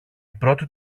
πρώτη